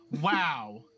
Wow